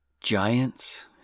Giants